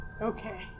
Okay